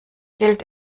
gilt